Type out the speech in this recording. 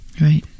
Right